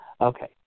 Okay